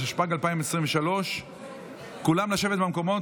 התשפ"ג 2023. כולם לשבת במקומות,